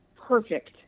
perfect